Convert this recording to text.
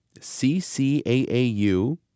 C-C-A-A-U